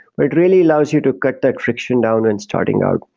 but it really allows you to cut that friction down and starting out.